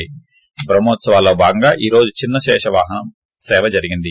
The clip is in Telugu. ట్రహ్మోత్పవాల్లో భాగంగా ఈ రోజు చిన్న శిష వాహనసేవ జరిగింది